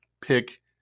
pick